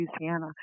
Louisiana